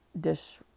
dish